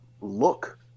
look